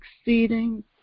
exceeding